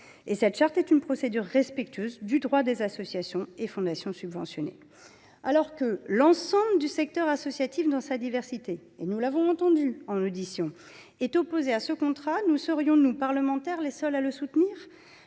Cette charte est une procédure respectueuse du droit des associations et fondations subventionnées. Alors que l’ensemble du secteur associatif, dans sa diversité – nous en avons entendu les représentants en audition –, est opposé à ce contrat, serions nous, nous parlementaires, les seuls à le soutenir ?